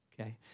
okay